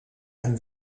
een